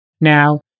Now